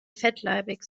fettleibig